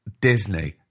Disney